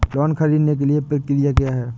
Loan ख़रीदने के लिए प्रक्रिया क्या है?